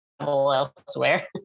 elsewhere